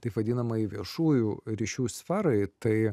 taip vadinamai viešųjų ryšių sferai tai